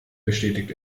bestätigt